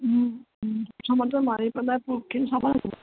প্ৰথমতে মাৰি পেলাই